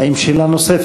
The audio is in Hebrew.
האם יש שאלה נוספת?